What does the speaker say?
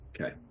okay